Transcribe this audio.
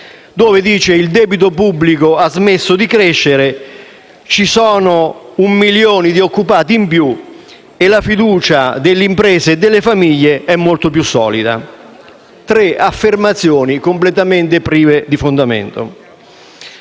affermato che il debito pubblico ha smesso di crescere, ci sono un milione di occupati in più e la fiducia delle imprese e delle famiglie è molto più solida. Tre affermazioni completamente prive di fondamento.